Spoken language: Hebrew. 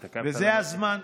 וזה הזמן,